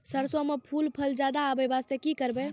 सरसों म फूल फल ज्यादा आबै बास्ते कि करबै?